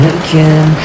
again